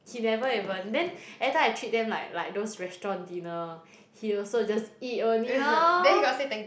he never even then every time I treat them like like those restaurant dinner he also just eat only lor